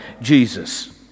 Jesus